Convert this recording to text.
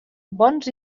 bons